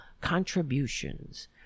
contributions